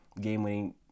game-winning –